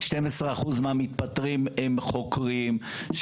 12% מהמתפטרים הם חוקרים,